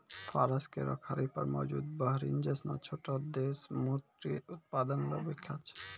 फारस केरो खाड़ी पर मौजूद बहरीन जैसनो छोटो देश मोती उत्पादन ल विख्यात छै